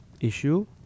issue